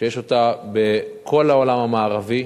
שיש אותה בכל העולם המערבי,